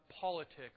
politics